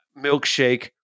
milkshake